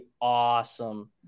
awesome